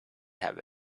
have